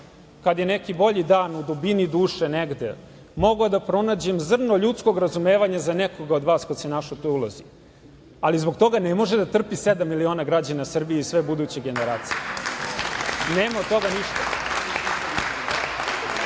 kada je neki bolji dan, u dubini duše negde mogao da pronađem zrno ljudskog razumevanja za nekoga od vas ko se našao u toj ulozi, ali zbog toga ne može da trpi sedam miliona građana Srbije i sve buduće generacije. Nema od toga